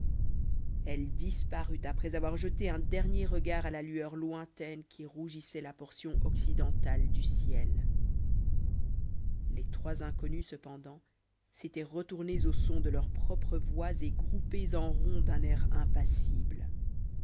elle disparut après avoir jeté un dernier regard à la lueur lointaine qui rougissait la portion occidentale du ciel les trois inconnus cependant s'étaient retournés au son de leurs propres voix et groupés en rond d'un air impassible